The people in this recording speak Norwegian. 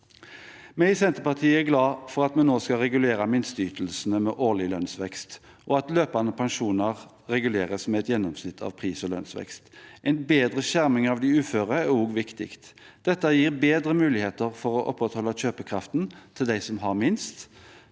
Vi i Senterpartiet er glad for at vi nå skal regulere minsteytelsene med årlig lønnsvekst, og at løpende pensjoner reguleres med et gjennomsnitt av pris- og lønnsvekst. En bedre skjerming av de uføre er også viktig. Dette gir bedre muligheter for å opprettholde kjøpe kraften til dem som har minst,